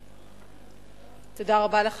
לך,